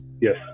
Yes